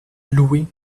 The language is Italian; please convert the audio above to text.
lui